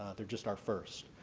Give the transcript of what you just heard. ah they're just our first.